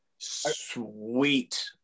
sweet